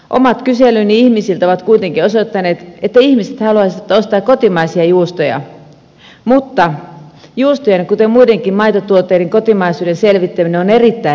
omat kyselyni ihmisiltä ovat kuitenkin osoittaneet että ihmiset haluaisivat ostaa kotimaisia juustoja mutta juustojen kuten muidenkin maitotuotteiden kotimaisuuden selvittäminen on erittäin vaikeaa